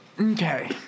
okay